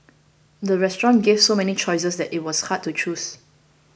the restaurant gave so many choices that it was hard to choose